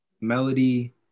melody